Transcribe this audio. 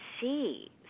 see